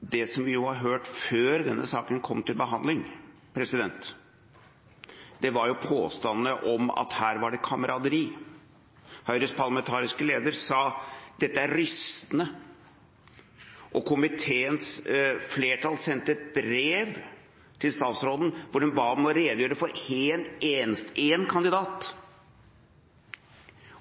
det som vi hørte før denne saken kom til behandling, var påstander om at her var det kameraderi. Høyres parlamentariske leder sa: Dette er rystende. Komiteens flertall sendte et brev til statsråden hvor de ba ham om å redegjøre for én kandidat,